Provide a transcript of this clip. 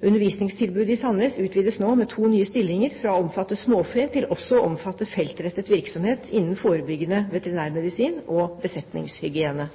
Undervisningstilbudet på Sandnes utvides nå med to nye stillinger, fra å omfatte småfe til også å omfatte feltrettet virksomhet innen forebyggende veterinærmedisin og besetningshygiene.